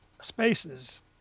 spaces